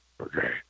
Okay